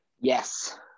Yes